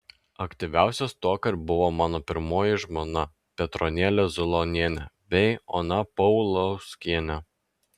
aktyviausios tuokart buvo mano pirmoji žmona petronėlė zulonienė bei ona paulauskienė